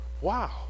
wow